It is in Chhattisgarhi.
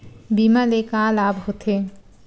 बीमा ले का लाभ होथे?